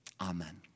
Amen